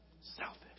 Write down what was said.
Selfish